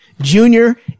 Junior